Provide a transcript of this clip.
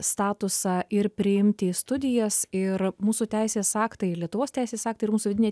statusą ir priimti į studijas ir mūsų teisės aktai lietuvos teisės aktai ir mūsų vidinė